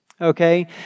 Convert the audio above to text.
okay